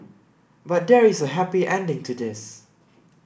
but there is a happy ending to this